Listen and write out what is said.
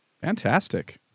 Fantastic